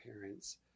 parents